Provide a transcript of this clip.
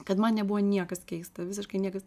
kad man nebuvo niekas keista visiškai niekas